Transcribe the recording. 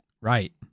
Right